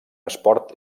esport